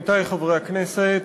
עמיתי חברי הכנסת,